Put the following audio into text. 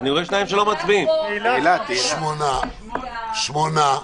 הצבעה בעד, 8 נגד,